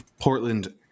Portland